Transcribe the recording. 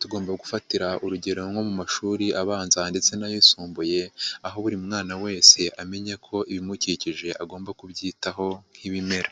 tugomba gufatira urugero nko mu mashuri abanza ndetse n'ayisumbuye, aho buri mwana wese amenye ko ibimukikije agomba kubyitaho nk'ibimera.